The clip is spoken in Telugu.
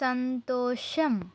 సంతోషం